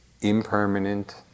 impermanent